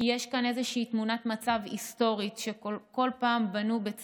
כי יש כאן איזושהי תמונת מצב היסטורית שכל פעם בנו בית